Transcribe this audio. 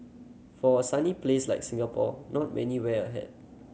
for a sunny place like Singapore not many wear a hat